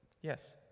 Yes